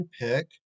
pick